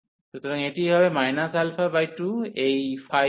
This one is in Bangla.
সুতরাং এটি হবে বাই 2 এই a